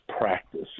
practice